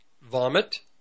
vomit